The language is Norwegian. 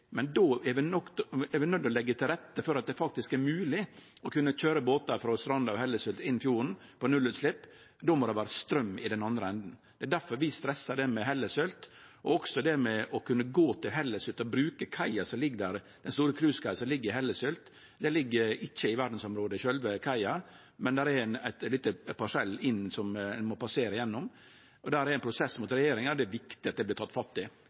Men vi er nøydde til å leggje til rette for at det faktisk er mogleg å køyre båtar frå Stranda og Hellesylt inn fjorden på nullutslepp. Då må det vere straum i den andre enden. Det er difor vi stressar det med Hellesylt, og også det med å kunne gå til Hellesylt og bruke den store cruisekaia som ligg der. Sjølve kaia ligg ikkje i verdsarvområdet, men det er ein parsell inn som ein må passere gjennom. Der er det ein prosess opp mot regjeringa, og det er viktig at det